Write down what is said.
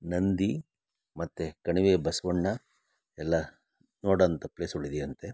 ನಂದಿ ಮತ್ತು ಕಣಿವೆ ಬಸವಣ್ಣ ಎಲ್ಲ ನೋಡೋಂಥ ಪ್ಲೇಸ್ಗಳು ಇದೆಯಂತೆ